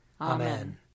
Amen